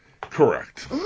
correct